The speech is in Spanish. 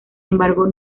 embargo